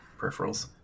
peripherals